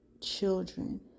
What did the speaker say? children